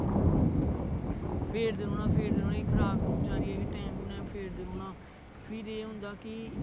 फेरदे रौहना फेरदे रौहना खराक चारियै इसी टैंम टू टेंम फेरदे रौहना फिर एह् होंदा कि